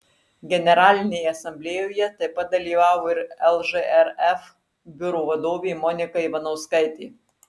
generalinėje asamblėjoje taip pat dalyvavo ir lžrf biuro vadovė monika ivanauskaitė